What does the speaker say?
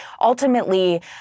Ultimately